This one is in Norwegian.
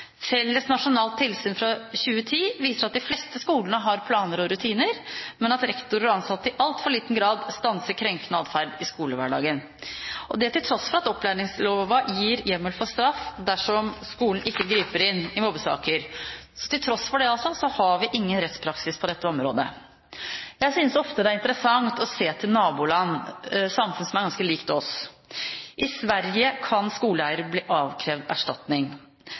Felles nasjonalt tilsyn fra 2010 viser at de fleste skolene har planer og rutiner, men at rektorer og ansatte i altfor liten grad stanser krenkende atferd i skolehverdagen. Til tross for at opplæringsloven gir hjemmel for straff dersom skolen ikke griper inn i mobbesaker, har vi ingen rettspraksis på dette området. Jeg synes ofte det er interessant å se til naboland – samfunn som er ganske like oss. I Sverige kan skoleeier bli avkrevd erstatning.